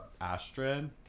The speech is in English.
Astrid